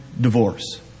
divorce